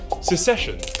Secession